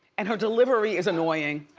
and her delivery is annoying.